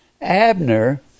Abner